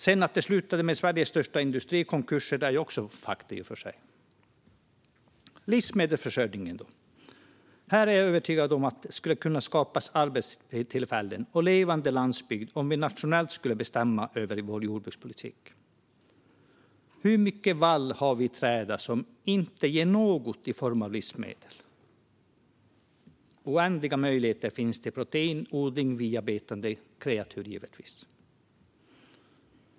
Att det sedan slutade med en av Sveriges största industrikonkurser är också fakta i och för sig. Livsmedelsförsörjningen då? Här är jag övertygad om att det skulle kunna skapas arbetstillfällen och levande landsbygd om vi nationellt skulle bestämma över vår jordbrukspolitik. Hur mycket vall har vi i träda som inte ger något i form av livsmedel? Det finns oändliga möjligheter till proteinodling via betande kreatur.